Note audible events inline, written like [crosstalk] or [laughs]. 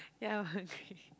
ya okay [laughs]